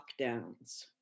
lockdowns